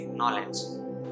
knowledge